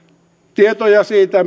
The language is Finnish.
tietoja siitä